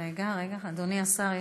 רגע, אדוני השר.